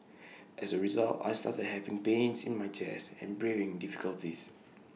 as A result I started having pains in my chest and breathing difficulties